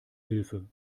hilfe